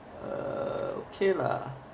err okay lah